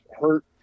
hurt